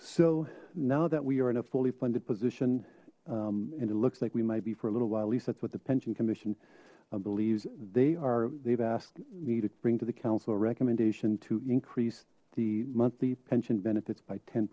so now that we are in a fully funded position and it looks like we might be for a little while at least that's what the pension commission believes they are they've asked me to bring to the council a recommendation to increase the monthly pension benefits by ten